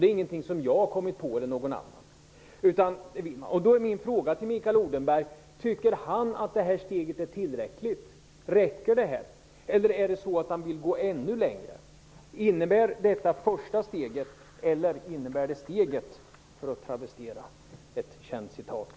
Det är ingenting som jag eller någon annan kommit på. Tycker Mikael Odenberg att det här steget är tillräckligt? Räcker detta, eller är det så att han vill gå ännu längre? Innebär detta första steget eller innebär det steget, för att travestera ett känt citat?